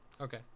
Okay